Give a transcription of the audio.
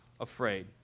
afraid